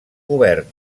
cobert